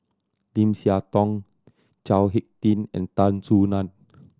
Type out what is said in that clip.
Lim Siah Tong Chao Hick Tin and Tan Soo Nan